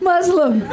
Muslim